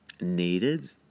Needed